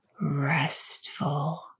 restful